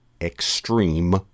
Extreme